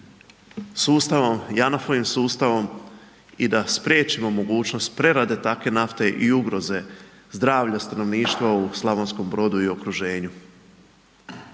sustavom, JANAF-ovim sustavom i da spriječimo mogućnost prerade takve nafte i ugroze zdravlja stanovništva u Slavonskom Brodu i okruženju.